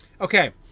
Okay